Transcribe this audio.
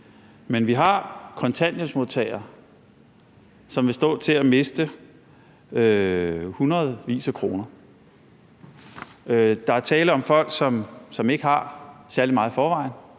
Men vi har kontanthjælpsmodtagere, som vil stå til at miste hundredvis af kroner. Der er tale om folk, som ikke har særlig meget i forvejen,